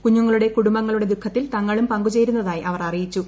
കുഞ്ഞുങ്ങളുടെ കുടുംബങ്ങളുടെ ദുഃഖത്തിൽ തങ്ങളും പങ്കു ചേരുന്നതായി അവർ അറിയിച്ചു